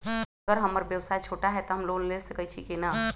अगर हमर व्यवसाय छोटा है त हम लोन ले सकईछी की न?